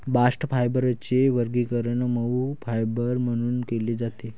bast फायबरचे वर्गीकरण मऊ फायबर म्हणून केले जाते